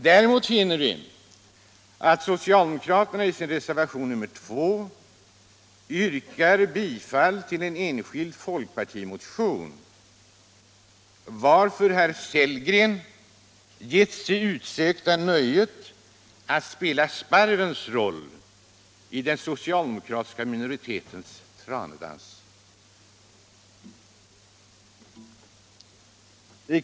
Däremot finner vi att socialdemokraterna i sin reservation nr 2 yrkar bifall till en enskild folkpartimotion, varför herr Sellgren getts det utsökta nöjet att spela sparvens roll i den socialdemokratiska minoritetens tranedans.